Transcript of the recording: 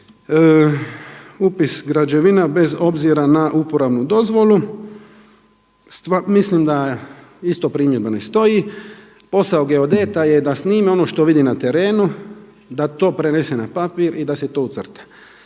Upis građevina bez obzira na uporabnu dozvolu mislim da isto primjedba ne stoji, posao geodeta je da snimi ono što vidi na terenu, da to prenese na papir i da se to ucrta